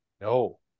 No